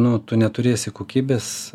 nu tu neturėsi kokybės